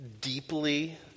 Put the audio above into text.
deeply